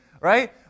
Right